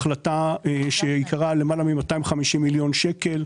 שעיקרה יותר מ-250 מיליון שקל.